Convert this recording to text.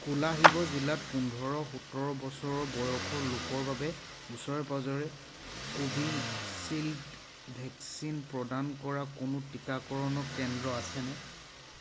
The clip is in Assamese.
কোলাশিব জিলাত পোন্ধৰ সোতৰ বছৰ বয়সৰ লোকৰ বাবে ওচৰে পাঁজৰে কোভিচিল্ড ভেকচিন প্ৰদান কৰা কোনো টীকাকৰণ কেন্দ্ৰ আছেনে